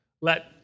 let